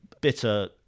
bitter